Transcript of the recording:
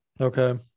Okay